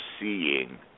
seeing